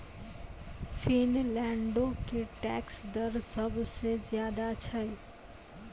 फिनलैंडो के टैक्स दर सभ से ज्यादे छै